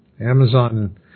Amazon